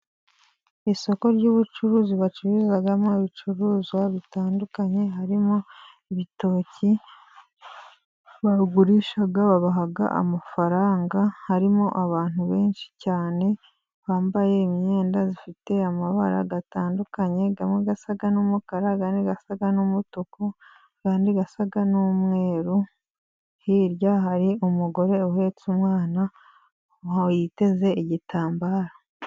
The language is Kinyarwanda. Isoko ry'ubucuruzi bacururizamo ibicuruzwa bitandukanye, harimo ibitoki bagurisha babaha amafaranga. Harimo abantu benshi cyane bambaye imyenda ifite amabara atandukanye amwe asa n'umukara, andi asa n'umutuku, andi asa n'umweru. Hirya hari umugore uhetse umwana aho witeze igitambaro.